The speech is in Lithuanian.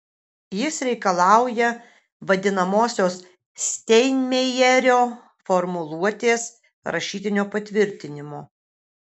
jis reikalauja vadinamosios steinmeierio formuluotės rašytinio patvirtinimo